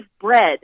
bread